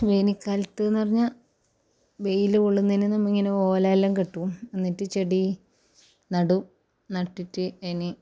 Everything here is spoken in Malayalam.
വേനൽകാലത്ത് എന്ന് പറഞ്ഞാൽ വെയിൽ കൊള്ളുന്നതിന് നമ്മൾ ഇങ്ങനെ ഓല എല്ലാം കെട്ടും എന്നിട്ട് ചെടി നടും നട്ടിട്ട് ഇനി